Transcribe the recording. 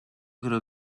creo